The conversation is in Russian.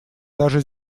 даже